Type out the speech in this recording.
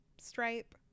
Stripe